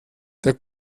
der